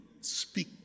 speak